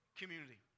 community